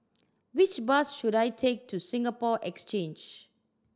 which bus should I take to Singapore Exchange